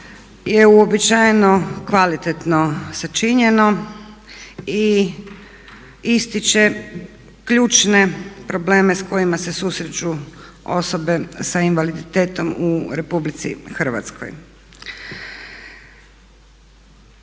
uobičajeno kvalitetno sačinjeno i ističe ključne probleme s kojima se susreću osobe sa invaliditetom u RH.